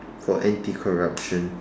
for anti corruption